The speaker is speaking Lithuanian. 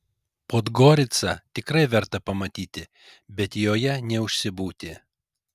podgoricą tikrai verta pamatyti bet joje neužsibūti